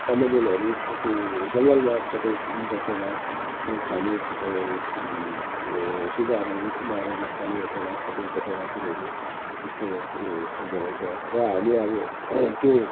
कन्दमुलहरू त्यो जङ्गलमा सबै बसेर खाने यो सिकारहरू मारेर खाने याता कतिवटा कतिवटा कुरोहरू यस्तो धेरै छ र हामी अब त्यो